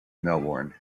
melbourne